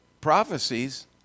prophecies